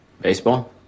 Baseball